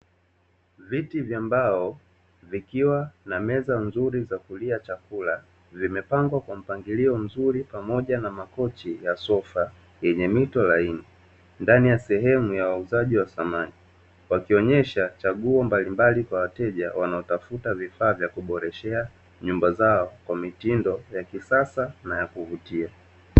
Viti vya mbao vikiwa na meza nzuri za kulia chakula zimepangwa kwa mpangilio mzuri pamoja na makochi ya sofa yenye mito laini ndani ya sehemu ya wauzaji wa samani, wakionyesha chaguo mbalimbali kwa wateja wanaotafuta vifaa vya kuboresha nyumba zao kwa mitindo ya kisasa na ya kuvutia.